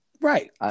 Right